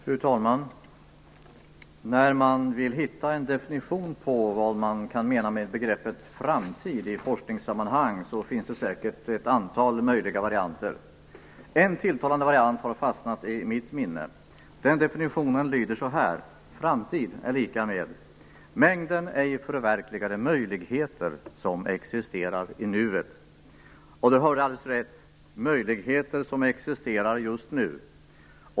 Fru talman! När man vill hitta en definition på vad man kan mena med begreppet "framtid" i forskningssammanhang finns säkert ett antal olika varianter. En tilltalande variant har fastnat i mitt minne, och den lyder så här: Framtid är mängden ej förverkligade möjligheter som existerar i nuet. Ni hörde alldeles rätt. Möjligheter som existerar just nu.